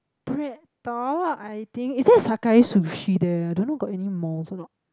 Bread-Talk I think is there Sakae-Sushi there I don't know got any malls or not